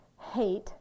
hate